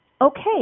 okay